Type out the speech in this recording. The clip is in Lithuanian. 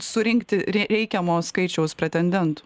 surinkti rei reikiamo skaičiaus pretendentų